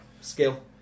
skill